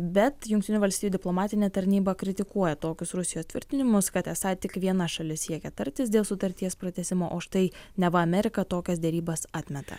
bet jungtinių valstijų diplomatinė tarnyba kritikuoja tokius rusijos tvirtinimus kad esą tik viena šalis siekia tartis dėl sutarties pratęsimo o štai neva amerika tokias derybas atmeta